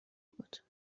بود